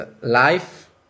life